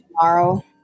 tomorrow